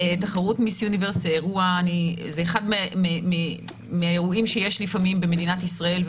זה אחד מהאירועים שיש לפעמים במדינת ישראל,